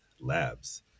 Labs